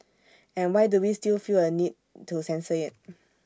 and why do we still feel A need to censor IT